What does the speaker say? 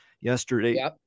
yesterday